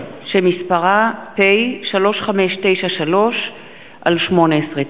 שמספרה פ/3593/18.